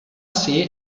ser